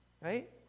Right